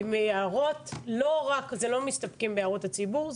אם יהיו הערות, לא מסתפקים בהערות הציבור.